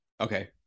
Okay